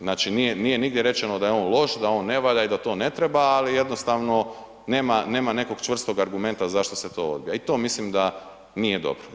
Znači nije nigdje rečeno da je on loš, da on ne valja i da to ne treba, ali jednostavno nema nekog čvrstog argumenta zašto se to odbija i to mislim da nije dobro.